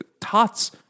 tots